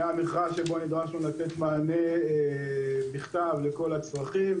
היה מכרז שבו נדרשנו לתת מענה בכתב לכל הצרכים,